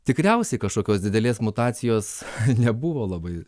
tikriausiai kažkokios didelės mutacijos nebuvo labai